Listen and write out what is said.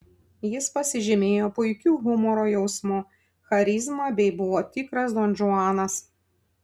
jis pasižymėjo puikiu humoro jausmu charizma bei buvo tikras donžuanas